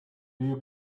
you